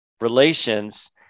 relations